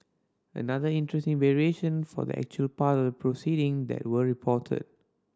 another interesting variation for the actual part proceeding that were reported